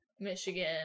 michigan